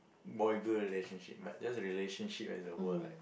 boy girl relationship but just a relationship as a whole right